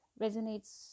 resonates